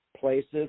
Place's